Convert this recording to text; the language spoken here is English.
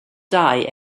die